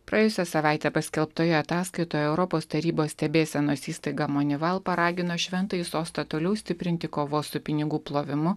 praėjusią savaitę paskelbtoje ataskaitoje europos tarybos stebėsenos įstaiga monival paragino šventąjį sostą toliau stiprinti kovos su pinigų plovimu